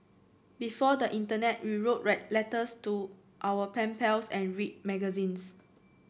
before the internet we wrote write letters to our pen pals and read magazines